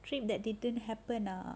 trip that didn't happen ah